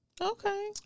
Okay